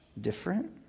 different